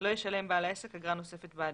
לא ישלם בעל העסק אגרה נוספת בעדם.